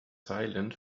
silent